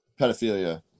pedophilia